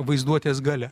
vaizduotės galia